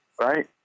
right